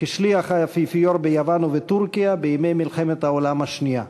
כשליח האפיפיור ביוון ובטורקיה בימי מלחמת העולם השנייה.